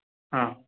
हां